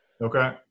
Okay